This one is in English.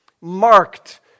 marked